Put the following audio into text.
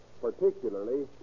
Particularly